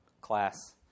class